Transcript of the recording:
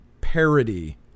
parody